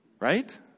right